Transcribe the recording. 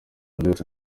byose